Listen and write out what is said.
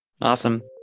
Awesome